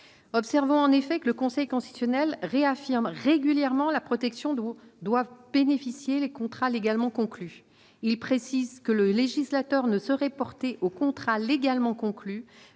Observons en effet que le Conseil constitutionnel réaffirme régulièrement la protection dont doivent bénéficier les contrats légalement conclus. Celui-ci précise que « le législateur ne saurait porter aux contrats légalement conclus